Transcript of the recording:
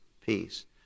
peace